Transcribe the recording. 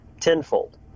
tenfold